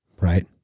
right